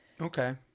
Okay